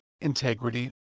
integrity